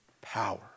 power